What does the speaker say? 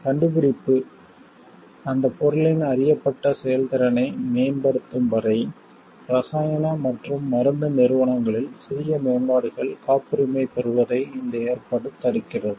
கண்டுபிடிப்பு அந்த பொருளின் அறியப்பட்ட செயல்திறனை மேம்படுத்தும் வரை இரசாயன மற்றும் மருந்து நிறுவனங்களில் சிறிய மேம்பாடுகள் காப்புரிமை பெறுவதை இந்த ஏற்பாடு தடுக்கிறது